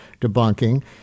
debunking